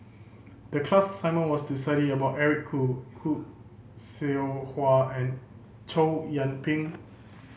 the class assignment was to study about Eric Khoo Khoo Seow Hwa and Chow Yian Ping